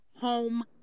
home